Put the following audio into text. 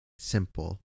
Simple